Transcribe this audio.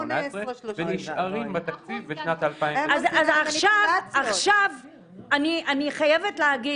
ונשארים בתקציב בשנת 2019. עכשיו אני חייבת להגיד